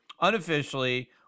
unofficially